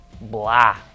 blah